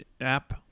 app